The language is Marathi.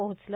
पोहोचलं